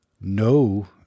no